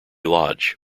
lodge